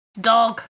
dog